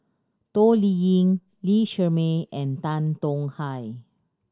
Toh Liying Lee Shermay and Tan Tong Hye